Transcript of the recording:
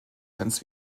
ganz